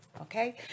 okay